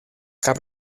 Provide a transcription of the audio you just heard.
cap